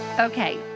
Okay